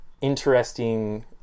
interesting